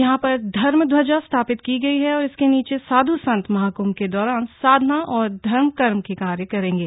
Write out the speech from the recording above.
यहां पर धर्म ध्वजा स्थापित की गई है और इसके नीचे साध् संत महाकृभ के दौरान साधना और धर्म कर्म के कार्य करेंगे